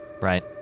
right